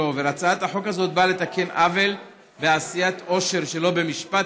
הצעת החוק הזאת באה לתקן את העוול בעשיית עושר שלא במשפט,